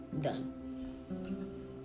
done